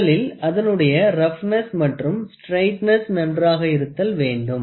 முதலில் அதனுடைய ரப்னஸ் மற்றும் ஸ்ட்ரயிட்ன்ஸ் நன்றாக இருத்தல் வேண்டும்